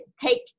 take